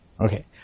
Okay